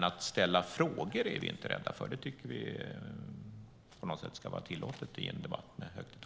Att ställa frågor är vi inte rädda för, utan det tycker vi ska vara tillåtet i en debatt med högt i tak.